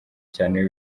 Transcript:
cyane